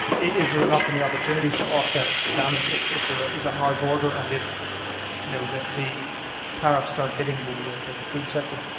is there enough in the opportunities to offset the damage if if there ah is a hard border and if you know the the tariffs start hitting the the food sector?